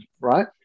right